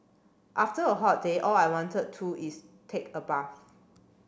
after a hot day all I wanted to is take a bath